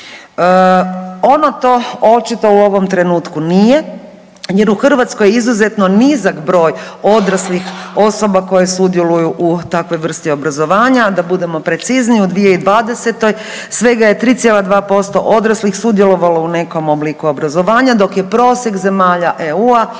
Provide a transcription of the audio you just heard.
Ono to očito u ovom trenutku nije jer u Hrvatskoj je izuzetno nizak broj odraslih osoba koje sudjeluju u takvoj vrsti obrazovanja. Da budemo precizniji, u 2020. svega je 3,2% odraslih sudjelovalo u nekom obliku obrazovanja, dok je prosjek zemalja EU-a